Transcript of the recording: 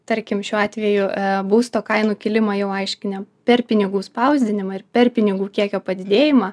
tarkim šiuo atveju būsto kainų kilimą jau aiškinę per pinigų spausdinimą ir per pinigų kiekio padidėjimą